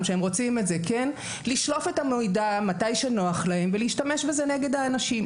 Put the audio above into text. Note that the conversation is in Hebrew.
שהם רוצים את זה לשלוף את המידע מתי שנוח להם ולהשתמש בו נגד האנשים.